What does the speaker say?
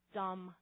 dumb